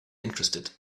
interested